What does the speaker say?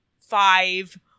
five